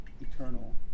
eternal